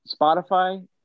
Spotify